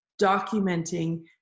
documenting